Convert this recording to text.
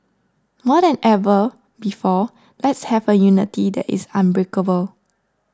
more than ever before let's have a unity that is unbreakable